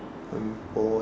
I'm bored